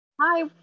Hi